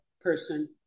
person